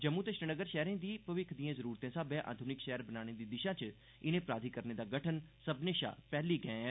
जम्मू ते श्रीनगर शैहरें गी भविक्ख दिएं जरूरतें स्हाबै आधुनिक शैहर बनाने दी दिशा च इनें प्राधिकरणें दा गठन सब्भनें शा पैहला कदम ऐ